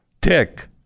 tick